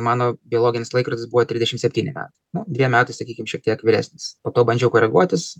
mano biologinis laikrodis buvo trisdešim septyni metai nu dviem metais sakykim šiek tiek vyresnis po to bandžiau koreguotis